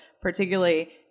particularly